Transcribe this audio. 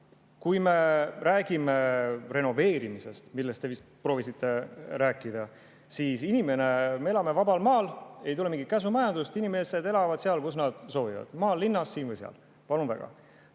me räägime renoveerimisest, millest te vist proovisite rääkida, siis me elame vabal maal, ei tule mingit käsumajandusest, inimesed elavad seal, kus nad soovivad, maal, linnas, siin või seal. Palun väga!